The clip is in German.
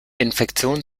infektionen